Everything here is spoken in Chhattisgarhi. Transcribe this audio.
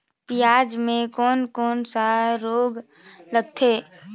पियाज मे कोन कोन सा रोग लगथे?